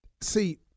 See